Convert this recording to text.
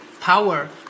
power